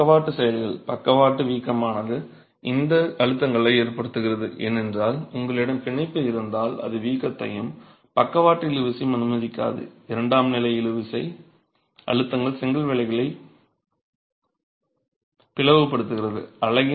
இவை பக்கவாட்டு செயல்கள் பக்கவாட்டு வீக்கமானது இந்த அழுத்தங்களை ஏற்படுத்துகிறது ஏனென்றால் உங்களிடம் பிணைப்பு இருப்பதால் அது வீக்கத்தையும் பக்கவாட்டு இழுவிசையும் அனுமதிக்காது இரண்டாம் நிலை இழுவிசை அழுத்தங்கள் செங்கல் வேலைகளை பிளவுபடுத்துகிறது